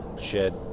shed